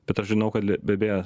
bet aš žinau kad let be vėja